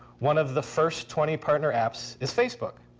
one of the first twenty partner apps is facebook.